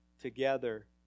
together